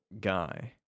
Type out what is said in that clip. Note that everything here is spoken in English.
guy